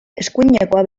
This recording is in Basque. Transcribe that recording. eskuinekoa